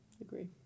Agree